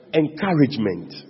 encouragement